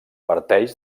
parteix